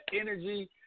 energy